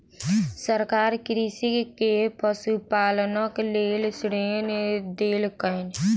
सरकार कृषक के पशुपालनक लेल ऋण देलकैन